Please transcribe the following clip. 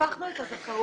הפכנו את הזכאות.